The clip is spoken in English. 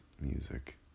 music